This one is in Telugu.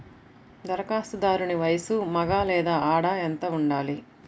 ధరఖాస్తుదారుని వయస్సు మగ లేదా ఆడ ఎంత ఉండాలి?